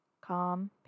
calm